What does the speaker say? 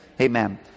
Amen